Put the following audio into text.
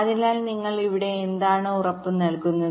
അതിനാൽ നിങ്ങൾ ഇവിടെ എന്താണ് ഉറപ്പ് നൽകുന്നത്